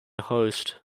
host